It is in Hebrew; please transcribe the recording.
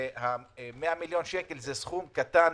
100 מיליון שקל זה סכום קטן,